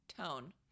tone